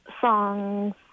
songs